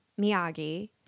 Miyagi